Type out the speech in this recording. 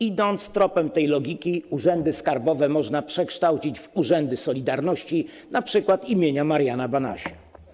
Idąc tropem tej logiki, urzędy skarbowe można przekształcić w urzędy solidarności, np. im. Mariana Banasia.